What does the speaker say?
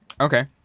Okay